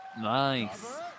Nice